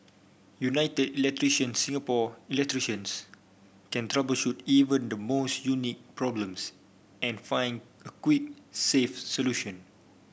United Electrician Singapore electricians can troubleshoot even the most unique problems and find a quick safe solution